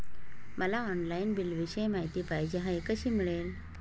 मला ऑनलाईन बिलाविषयी माहिती पाहिजे आहे, कशी मिळेल?